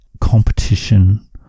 competition